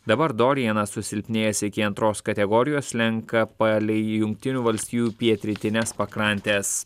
dabar dorianas susilpnėjęs iki antros kategorijos slenka palei jungtinių valstijų pietrytines pakrantes